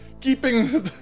keeping